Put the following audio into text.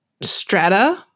strata